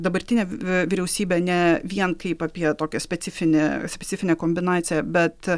dabartinę vyriausybę ne vien kaip apie tokią specifinę specifinę kombinaciją bet